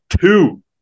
two